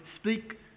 speak